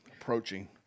approaching